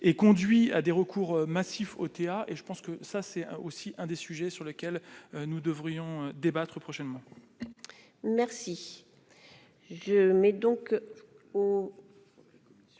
conduit à des recours massif au TA et je pense que ça c'est aussi un des sujets sur lequel nous devrions débattre prochainement. Merci, je mets donc au.